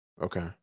Okay